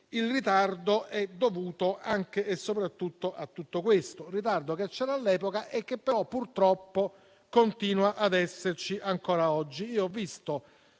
il ritardo è dovuto anche e soprattutto a tutto questo ritardo, ritardo che c'era all'epoca e che però, purtroppo, continua ad esserci ancora oggi.